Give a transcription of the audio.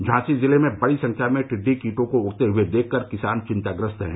झांसी जिले में बड़ी संख्या में टिड्डी कीटों को उड़ते हुए देखकर किसान चिंताग्रस्त हैं